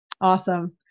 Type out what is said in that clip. Awesome